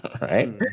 right